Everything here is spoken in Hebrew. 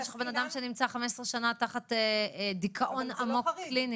אם יש לך אדם שנמצא 15 שנה תחת דיכאון עמוק קליני.